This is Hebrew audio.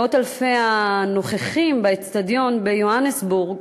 מאות אלפי הנוכחים באיצטדיון ביוהנסבורג